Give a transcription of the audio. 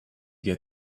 get